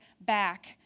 back